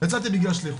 יצאתי בגלל שליחות.